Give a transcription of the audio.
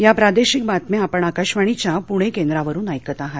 या प्रादेशिक बातम्या आपण आकाशवाणीच्या प्णे केंद्रावरून ऐकत आहात